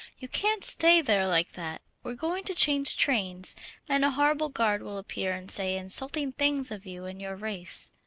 you can't stay there like that. we're going to change trains and a horrible guard will appear and say insulting things of you and your race.